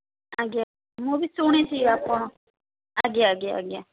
ଆଜ୍ଞା ମୁଁ ବି ଶୁଣିଛି ଆପଣ ଆଜ୍ଞା ଆଜ୍ଞା ଆଜ୍ଞା